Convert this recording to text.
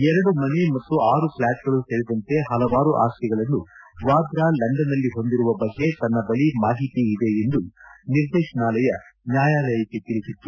ಎರಡು ಮನೆ ಮತ್ತು ಆರು ಫ್ಲಾಟ್ ಗಳು ಸೇರಿದಂತೆ ಹಲವಾರು ಆಸ್ತಿಗಳನ್ನು ವಾದ್ರಾ ಲಂಡನ್ ನಲ್ಲಿ ಹೊಂದಿರುವ ಬಗ್ಗೆ ತನ್ನ ಬಳಿ ಮಾಹಿತಿ ಇದೆ ಎಂದು ನಿರ್ದೇಶನಾಲಯ ನ್ನಾಯಾಲಯಕ್ಕೆ ತಿಳಿಸಿತ್ತು